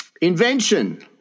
invention